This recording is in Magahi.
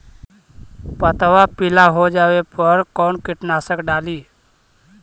पतबा पिला हो जाबे पर कौन कीटनाशक डाली?